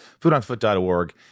foodonfoot.org